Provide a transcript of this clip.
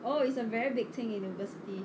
oh it's a very big thing in university